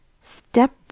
step